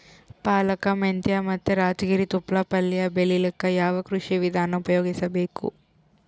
ಪಾಲಕ, ಮೆಂತ್ಯ ಮತ್ತ ರಾಜಗಿರಿ ತೊಪ್ಲ ಪಲ್ಯ ಬೆಳಿಲಿಕ ಯಾವ ಕೃಷಿ ವಿಧಾನ ಉಪಯೋಗಿಸಿ ಬೇಕು?